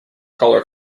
colour